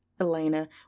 Elena